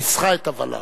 ניסחה את הוול"ל.